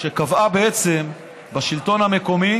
שקבעה בשלטון המקומי